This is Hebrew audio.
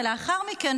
ולאחר מכן,